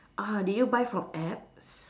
ah did you buy from apps